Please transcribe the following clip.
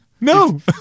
No